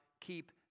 keep